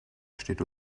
steht